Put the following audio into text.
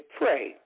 Pray